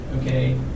okay